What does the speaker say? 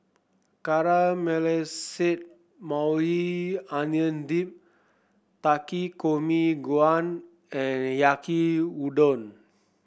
Caramelized Maui Onion Dip Takikomi Gohan and Yaki Udon